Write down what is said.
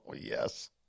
Yes